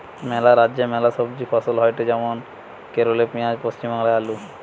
ম্যালা রাজ্যে ম্যালা সবজি ফসল হয়টে যেমন কেরালে পেঁয়াজ, পশ্চিম বাংলায় আলু